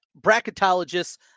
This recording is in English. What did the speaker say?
bracketologists